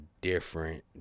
different